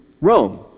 Rome